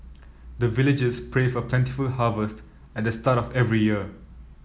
the villagers pray for plentiful harvest at the start of every year